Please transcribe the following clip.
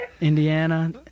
Indiana